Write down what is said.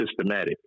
systematic